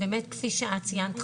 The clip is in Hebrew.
כפי שאת ציינת,